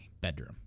bedroom